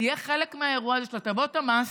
תהיה חלק מהאירוע של הטבות המס,